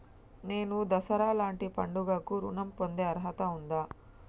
నేను దసరా లాంటి పండుగ కు ఋణం పొందే అర్హత ఉందా?